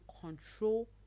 control